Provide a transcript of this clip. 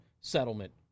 settlement